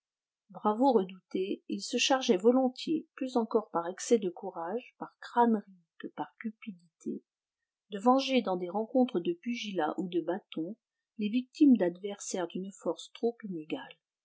bravo redouté il se chargeait volontiers plus encore par excès de courage par crânerie que par cupidité de venger dans des rencontres de pugilat ou de bâton les victimes d'adversaires d'une force trop inégale